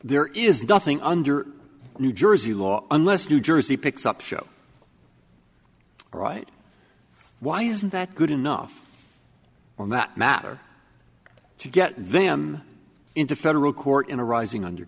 there is nothing under new jersey law unless new jersey picks up show right why isn't that good enough on that matter to get them into federal court in a rising under